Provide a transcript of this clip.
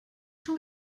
schon